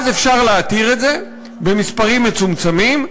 אפשר להתיר את זה במספרים מצומצמים,